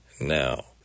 now